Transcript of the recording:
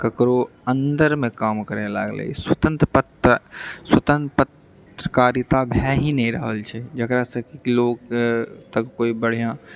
ककरो अन्दरमे काम करऽ लागलै स्वतंत्र पत्र स्वतंत्र पत्रकारिता भए ही नही रहल छै जकरासँ कि लोक तक कोइ बढ़िआँ